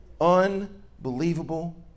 Unbelievable